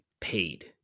paid